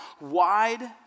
wide